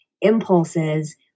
impulses